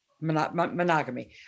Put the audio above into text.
monogamy